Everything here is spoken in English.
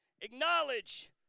acknowledge